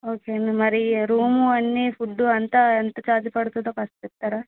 okay అండి మరి room అన్ని ఫుడ్ అంతా ఎంత ఛార్జ్ పడుతుందో కాస్త చెప్తారా